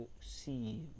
see